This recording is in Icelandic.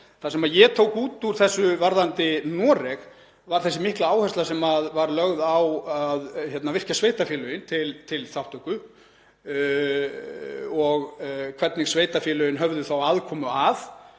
Það sem ég tók út úr þessu varðandi Noreg var þessi mikla áhersla sem var lögð á að virkja sveitarfélögin til þátttöku og hvernig sveitarfélögin höfðu þá aðkomu að